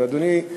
אדוני,